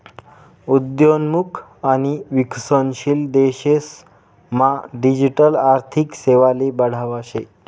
उद्योन्मुख आणि विकसनशील देशेस मा डिजिटल आर्थिक सेवाले बढावा शे